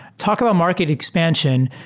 talk about market expansion,